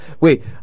wait